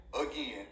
again